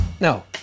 No